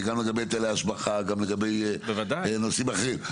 זה גם לגבי היטלי ההשבחה ונושאים אחרים.